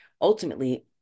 Ultimately